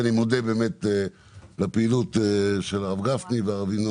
ואני מודה באמת לפעילות של הרב גפני והרב ינון